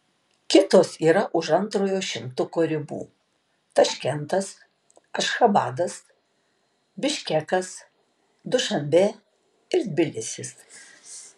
kitos yra už antrojo šimtuko ribų taškentas ašchabadas biškekas dušanbė ir tbilisis